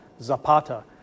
Zapata